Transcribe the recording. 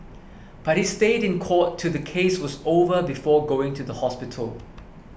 but he stayed in court till the case was over before going to the hospital